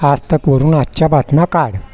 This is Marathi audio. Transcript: आज तकवरून आजच्या बातम्या काढ